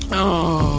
o